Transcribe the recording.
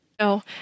No